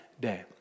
day